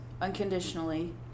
unconditionally